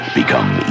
become